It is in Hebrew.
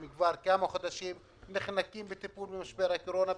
הן כבר כמה חודשים נחנקות בטיפול במשבר הקורונה,